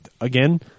again